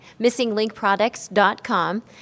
missinglinkproducts.com